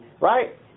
right